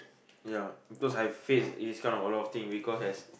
ya because I have faced this kind of a lot of thing because as